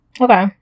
Okay